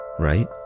Right